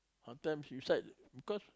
sometimes inside because